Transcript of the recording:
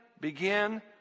begin